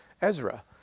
Ezra